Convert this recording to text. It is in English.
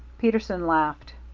peterson laughed.